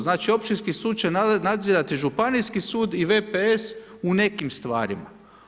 Znači općinski sud će nadzirati županijski sud i VPS u nekim stvarima.